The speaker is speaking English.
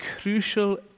crucial